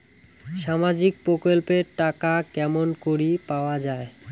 সামাজিক প্রকল্পের টাকা কেমন করি পাওয়া যায়?